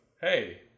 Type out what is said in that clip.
hey